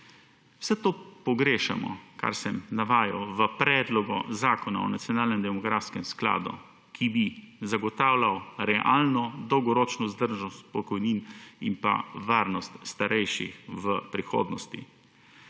vse to pogrešamo kar sem navajal v predlogu zakona o nacionalnem demografskem skladu, ki bi zagotavljal realno dolgoročno vzdržnost pokojnin in pa varnost starejših v prihodnosti.